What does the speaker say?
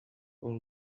all